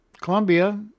Columbia